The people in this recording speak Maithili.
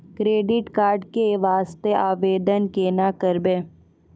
क्रेडिट कार्ड के वास्ते आवेदन केना करबै?